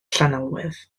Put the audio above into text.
llanelwedd